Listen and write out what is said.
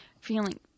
feeling